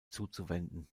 zuzuwenden